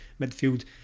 midfield